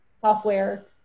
software